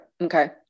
Okay